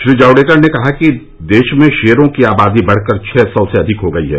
श्री जावड़ेकर ने कहा देश में शेरों की आबादी बढ़कर छः सौ से अधिक हो गई है